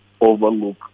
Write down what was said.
overlook